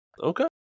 okay